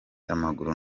amaguru